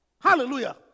Hallelujah